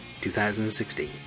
2016